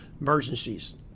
emergencies